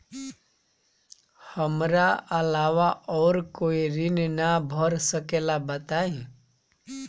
हमरा अलावा और कोई ऋण ना भर सकेला बताई?